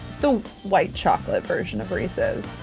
the white chocolate version of reese's.